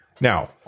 Now